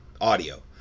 audio